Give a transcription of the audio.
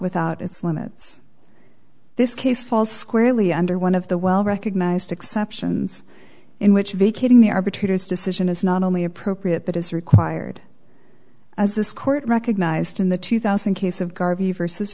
without its limits this case falls squarely under one of the well recognized exceptions in which vacating the arbitrator's decision is not only appropriate that is required as this court recognized in the two thousand case of garvey versus